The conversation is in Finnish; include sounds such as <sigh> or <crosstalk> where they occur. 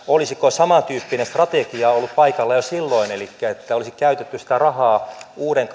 olisiko samantyyppinen strategia ollut paikallaan jo silloin elikkä olisi käytetty sitä rahaa uuden <unintelligible>